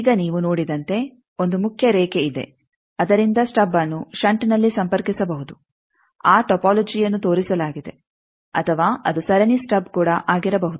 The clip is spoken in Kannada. ಈಗ ನೀವು ನೋಡಿದಂತೆ ಒಂದು ಮುಖ್ಯ ರೇಖೆ ಇದೆ ಅದರಿಂದ ಸ್ಟಬ್ಅನ್ನು ಷಂಟ್ನಲ್ಲಿ ಸಂಪರ್ಕಿಸಬಹುದು ಆ ಟೊಪೋಲೋಜಿಯನ್ನು ತೋರಿಸಲಾಗಿದೆ ಅಥವಾ ಅದು ಸರಣಿ ಸ್ಟಬ್ ಕೂಡ ಆಗಿರಬಹುದು